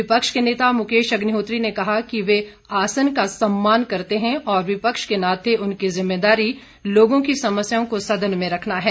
विपक्ष के नेता मुकेश अग्निहोत्री ने कहा कि वे आसन का सम्मान करते हैं और विपक्ष के नाते उनकी जिम्मेदारी लोगों की समस्याओं को सदन में रखना है